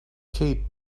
kate